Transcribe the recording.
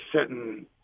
sitting